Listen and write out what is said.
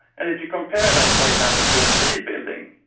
and if you compare that, for example, to a steel building,